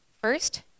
first